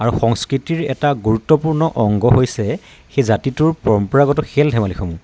আৰু সংস্কৃতিৰ এটা গুৰুত্বপূৰ্ণ অংগ হৈছে সেই জাতিটোৰ পৰম্পৰাগত খেল ধেমালিসমূহ